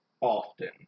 often